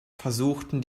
versuchten